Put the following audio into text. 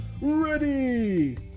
ready